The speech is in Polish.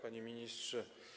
Panie Ministrze!